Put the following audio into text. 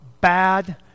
bad